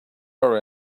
are